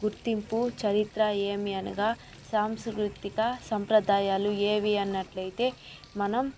గుర్తింపు చరిత్ర ఏమి అనగా సాంస్కృతిక సంప్రదాయాలు ఏవి అన్నట్లయితే మనం